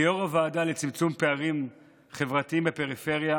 כיו"ר הוועדה לצמצום פערים חברתיים בפריפריה